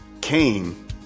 came